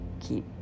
Keep